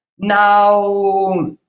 Now